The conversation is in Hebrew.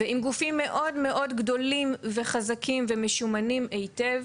וגם גופים מאוד גדולים וחזקים ומשומנים היטב